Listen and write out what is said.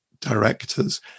directors